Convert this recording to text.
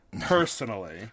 personally